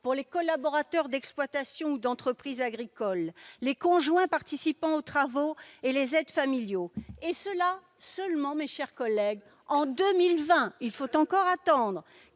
pour les collaborateurs d'exploitation ou d'entreprise agricole, les conjoints participant aux travaux et les aides familiaux, et ce seulement, mes chers collègues, en 2020 ! Quel mépris ! Il faut encore attendre